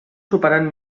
superant